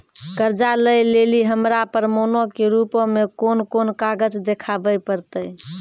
कर्जा लै लेली हमरा प्रमाणो के रूपो मे कोन कोन कागज देखाबै पड़तै?